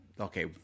Okay